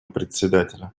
председателя